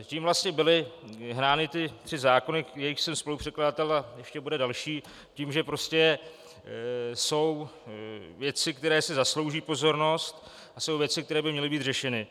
Tím vlastně byly hnány ty tři zákony, jejichž jsem spolupředkladatel, a ještě bude další, tím, že prostě jsou věci, které si zaslouží pozornost, a jsou věci, které by měly být řešeny.